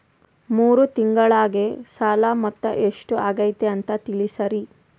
ಮೂರು ತಿಂಗಳಗೆ ಸಾಲ ಮೊತ್ತ ಎಷ್ಟು ಆಗೈತಿ ಅಂತ ತಿಳಸತಿರಿ?